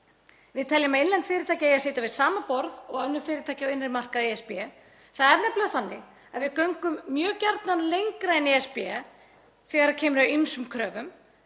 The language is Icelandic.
Við teljum að innlend fyrirtæki eigi að sitja við sama borð og önnur fyrirtæki á innri markaði ESB. Það er nefnilega þannig að við göngum mjög gjarnan lengra en ESB þegar kemur að ýmsum kröfum